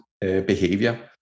behavior